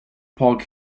park